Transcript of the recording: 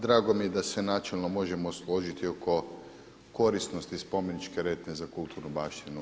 Drago mi je da se načelno možemo složiti oko korisnosti spomeničke rente za kulturnu baštinu.